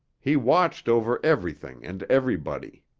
he watched over everything and everybody.